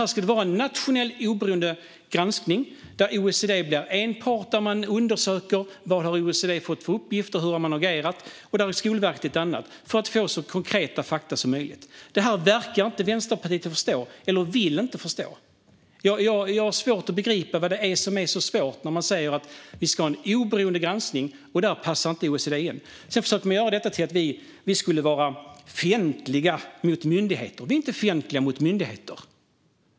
Här ska det vara en nationell oberoende granskning där OECD är en part och där man undersöker vad OECD har fått för uppgifter och hur de har agerat. Skolverket blir en annan part. Detta för att få så konkreta fakta som möjligt. Det här verkar Vänsterpartiet inte förstå eller vilja förstå. Jag har svårt att begripa vad det är som är så svårt. Vi säger att vi ska ha en oberoende granskning, och där passar inte OECD in. Sedan försöker man göra detta till att vi skulle vara fientliga mot myndigheter. Vi är inte fientliga mot myndigheter.